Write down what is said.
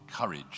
courage